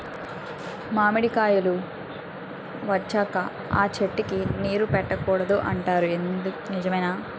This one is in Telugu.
మామిడికాయలు వచ్చాక అ చెట్టుకి నీరు పెట్టకూడదు అంటారు నిజమేనా?